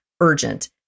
urgent